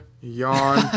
Yawn